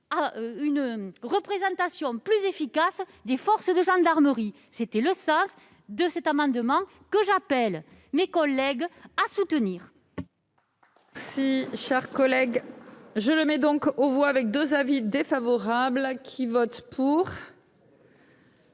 une représentation plus efficace des forces de gendarmerie ! Tel est le sens de cet amendement, que j'appelle mes collègues à soutenir.